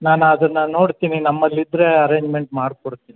ನಾನು ಅದನ್ನ ನೋಡ್ತೀನಿ ನಮ್ಮಲ್ಲಿದ್ದರೆ ಅರೇಂಜ್ಮೆಂಟ್ ಮಾಡ್ಕೊಡ್ತೀನಿ